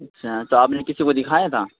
اچھا تو آپ نے کسی کو دکھایا تھا